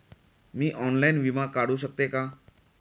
मी online विमा काढू शकते का?